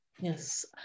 Yes